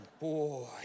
boy